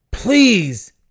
Please